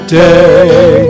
day